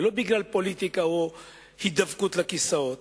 ולא בגלל פוליטיקה או הידבקות לכיסאות.